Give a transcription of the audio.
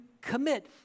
commit